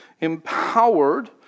empowered